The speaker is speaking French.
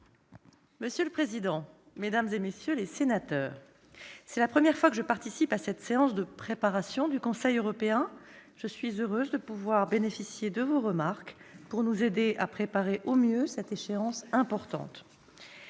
Monsieur le président, mesdames, messieurs les sénateurs, c'est la première fois que je participe à ce débat préalable à la réunion du Conseil européen. Je suis heureuse de pouvoir bénéficier de vos remarques, qui nous aideront à préparer au mieux cette échéance importante.